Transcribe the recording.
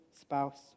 spouse